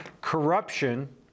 corruption